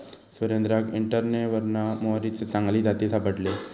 सुरेंद्राक इंटरनेटवरना मोहरीचे चांगले जाती सापडले